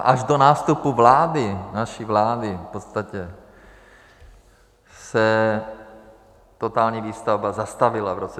Až do nástupu vlády, naší vlády v podstatě, se totální výstavba zastavila v roce 2010.